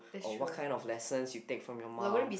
or what kind of lessons you take from your mum